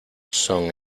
son